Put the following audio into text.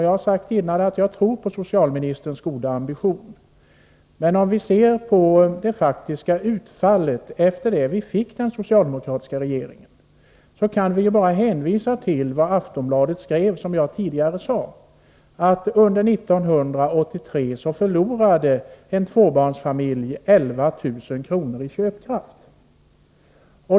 Jag har tidigare sagt att jag tror på socialministerns goda ambitioner. Men när det gäller det faktiska utfallet efter det att vi fick den socialdemokratiska regeringen, kan jag bara ännu en gång hänvisa till att Aftonbladet skrev: Under 1983 förlorade en tvåbarnsfamilj 11 000 kr. i köpkraft.